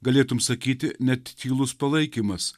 galėtum sakyti net tylus palaikymas